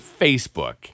Facebook